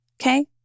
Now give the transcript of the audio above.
okay